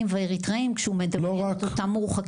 ואריתראים שהוא מדבר על אותם מורחקים.